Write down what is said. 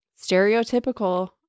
stereotypical